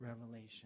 revelation